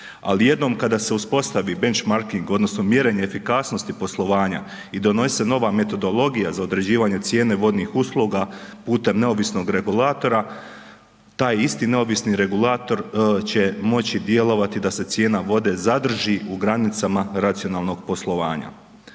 ali jednom kada se uspostavi benchmarking odnosno mjerenje efikasnosti poslovanja i donosi se nova metodologija za određivanje cijene vodnih usluga putem neovisnog regulatora, taj isti neovisni regulator će moći djelovati da se cijena vode zadrži u granicama racionalnog poslovanja.